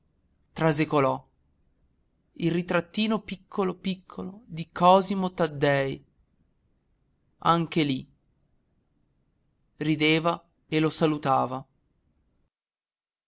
trasecolò un ritrattino piccolo piccolo di cosimo taddei anche lì rideva e lo salutava